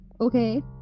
Okay